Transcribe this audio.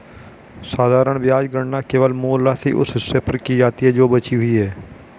साधारण ब्याज गणना केवल मूल राशि, उस हिस्से पर की जाती है जो बची हुई है